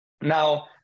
Now